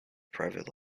private